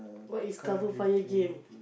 what is cover fire game